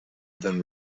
than